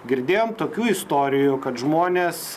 girdėjom tokių istorijų kad žmonės